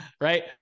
Right